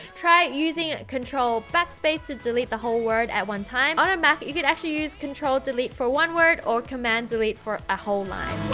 try using control backspace to delete the whole word at one time, on a mac, you can actually use control delete for one word, or command delete for a whole line!